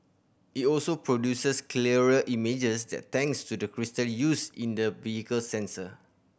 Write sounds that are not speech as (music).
it also produces clearer images (unintelligible) thanks to the crystal used in the vehicle's sensor